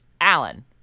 Alan